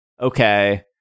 Okay